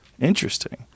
Interesting